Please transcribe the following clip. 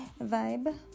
vibe